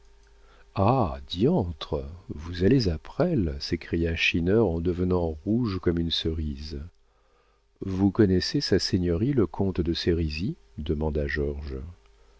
ah diantre vous allez à presles s'écria schinner en devenant rouge comme une cerise vous connaissez sa seigneurie le comte de sérisy demanda